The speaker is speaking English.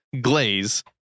glaze